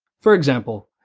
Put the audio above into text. for example,